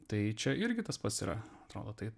tai čia irgi tas pats yra atrodo tai